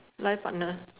life partner